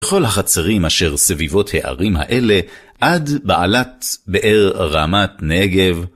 בכל החצרים אשר סביבות הערים האלה, עד בעלת באר רמת נגב.